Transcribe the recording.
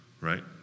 right